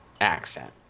accent